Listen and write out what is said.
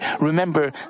remember